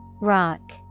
Rock